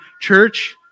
church